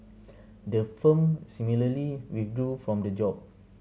the firm similarly withdrew from the job